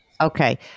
Okay